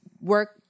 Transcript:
work